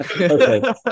okay